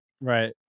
Right